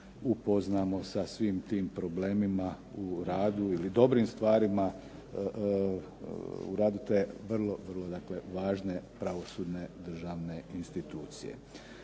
upoznamo sa svim tim problemima u radu ili dobrim stvarima u radu te vrlo važne pravosudne državne institucije.